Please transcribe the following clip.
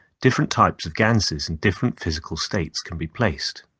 different types of ganses in different physical states can be placed.